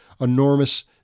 enormous